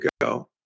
go